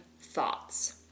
thoughts